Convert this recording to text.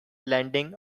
landing